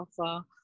offer